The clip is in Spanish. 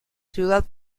ciudad